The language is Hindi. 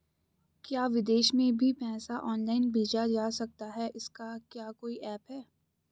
क्या विदेश में भी पैसा ऑनलाइन भेजा जा सकता है इसका क्या कोई ऐप है?